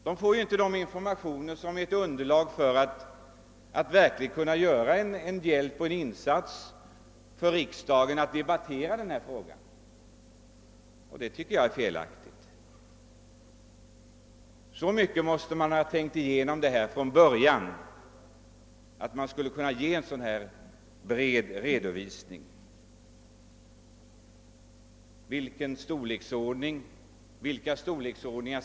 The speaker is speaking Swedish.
De har inte fått dessa informationer som underlag för att verkligen kunna debattera frågan i riksdagen, och det tycker jag är felaktigt. Man borde ha tänkt igenom saken så pass väl från början, att man redan i propositionen hade kunnat lämna en bred redovisning. Vilken 'storleksordning skall man inrikta sig på?